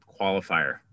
qualifier